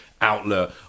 outlet